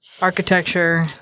architecture